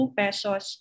pesos